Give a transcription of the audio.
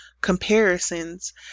comparisons